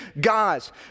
Guys